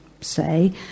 say